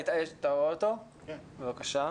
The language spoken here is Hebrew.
בבקשה.